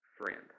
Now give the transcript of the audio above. friend